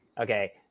Okay